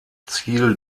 ziel